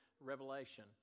Revelation